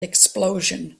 explosion